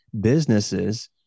Businesses